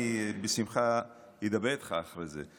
אני בשמחה אדבר איתך אחרי זה.